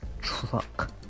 truck